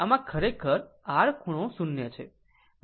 આમ આ ખરેખર R ખૂણો 0 છે